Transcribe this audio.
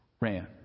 ran